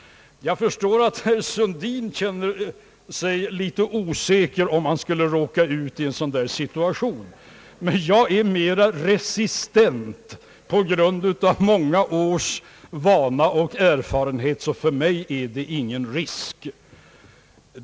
Jag förstår att herr Sundin skulle känna sig osäker i en sådan situation, men jag är mera resistent på grund av många års vana och erfarenhet, så för mig är det ingen risk.